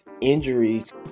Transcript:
injuries